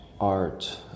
art